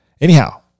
anyhow